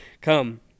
come